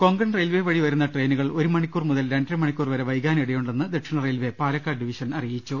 Konkan railway വഴി വരുന്ന ട്രയിനുകൾ ഒരു മണിക്കൂർ മുതൽ രണ്ടര മണിക്കൂർ വരെ വൈകാനിടയു ണ്ടെന്ന് ദക്ഷിണ റെയിൽവേ പാലക്കാട് ഡിവിഷൻ അറിയിച്ചു